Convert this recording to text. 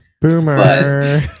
Boomer